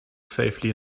safely